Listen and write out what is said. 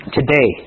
today